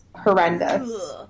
horrendous